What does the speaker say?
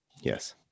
Yes